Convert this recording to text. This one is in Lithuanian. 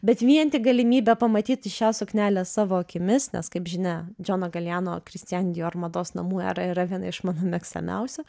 bet vien tik galimybė pamatyti šią suknelę savo akimis nes kaip žinia džono galijano kristian dior mados namų era yra viena iš mano mėgstamiausių